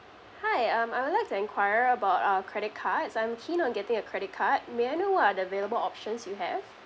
hi um I would like to enquire about uh credit cards I'm keen on getting a credit card may I know what are the available options you have